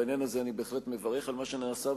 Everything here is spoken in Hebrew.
בעניין הזה אני בהחלט מברך על מה שנעשה,